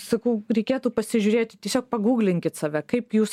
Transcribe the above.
sakau reikėtų pasižiūrėti tiesiog paguglinkit save kaip jūs